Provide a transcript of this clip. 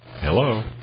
Hello